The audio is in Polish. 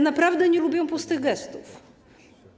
Naprawdę nie lubię pustych gestów.